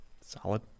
Solid